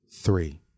three